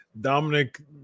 Dominic